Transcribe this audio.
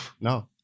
no